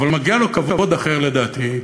אבל מגיע לו כבוד אחר, לדעתי.